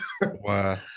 Wow